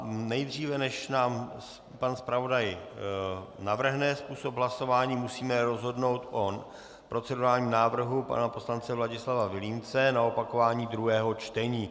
Dříve než nám pan zpravodaj navrhne způsob hlasování, musíme rozhodnout o procedurálním návrhu pana poslance Vladislava Vilímce na opakování druhého čtení.